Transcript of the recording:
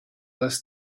this